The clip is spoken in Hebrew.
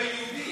לא כלפי יהודים,